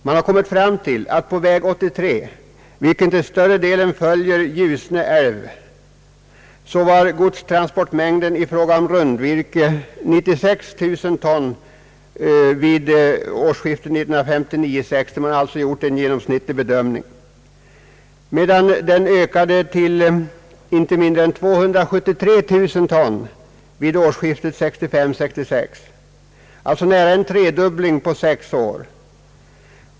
Man har kommit fram till att på väg 83, vars sträckning till större delen följer Ljusne älv, var godstransportmängden i fråga om rundvirke 96 000 ton vid årsskiftet 1959 66, alltså nästan en tredubbling på sex år.